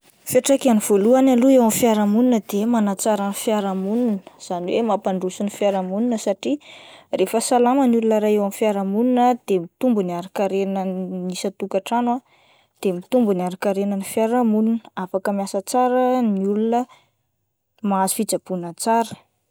Fiatraikany voalohany aloha eo amin'ny fiarahamonina dia manatsara ny fiarahamonina izany hoe mampandroso ny fiarahamonina satria rehefa salama ny olona iray eo amin'ny fiarahamonina de mitombo ny hari-karenan'ny isan-tokatrano ah de mitombo ny hari-karenan'ny fiarahamonina, afaka miasa tsara ny olona mahazo fitsaboana tsara.